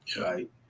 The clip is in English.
Right